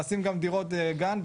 נשים גם דירות גן,